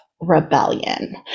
rebellion